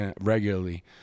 Regularly